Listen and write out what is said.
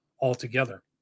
altogether